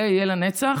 זה יהיה לנצח.